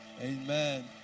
Amen